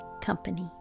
Company